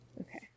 Okay